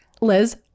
Liz